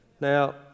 now